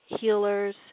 Healers